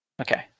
Okay